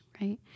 Right